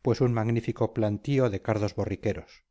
pues un magnífico plantío de cardos borriqueros